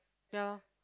ya loh